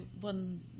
one